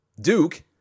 Duke